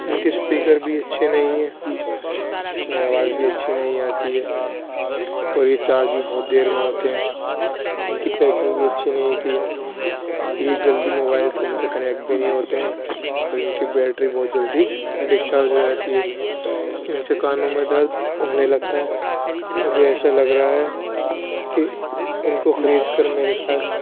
ان کے اسپیکر بھی اچھے نہیں ہیں اس میں آواز بھی اچھی نہیں آتی ہے اور یہ چارج بھی بہت دیر میں ہوتے ہیں ان کی پیکنگ بھی اچھی نہیں تھی یہ جلدی موبائل فون سے کنیکٹ بھی نہیں ہوتے ہیں اور ان کی بیٹری بہت جلدی ڈسچارج ہو جاتی ہے ان سے کانوں میں درد ہونے لگتا ہے مجھے ایسا لگ رہا ہے کہ ان کو خرید کر میرے پاس